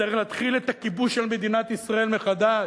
צריך להתחיל את הכיבוש של מדינת ישראל מחדש.